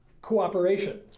cooperation